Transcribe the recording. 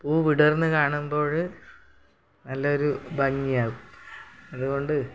പൂ വിടർന്ന് കാണുമ്പോൾ നല്ലൊരു ഭംഗിയാകും അതുകൊണ്ട്